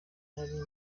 narindi